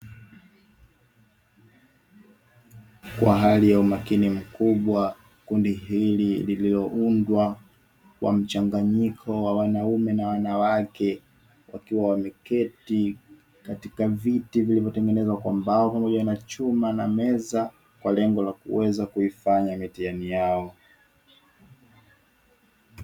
Kwa hali ya umakini mkubwa, kundi hili lililoundwa kwa mchanganyiko wa wanaume na wanawake, wakiwa wameketi katika viti vilivyotengenezwa kwa mbao pamoja na chuma na meza kwa lengo la kuweza kuifanya mitihani yao.